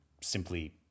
simply